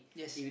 yes